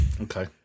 Okay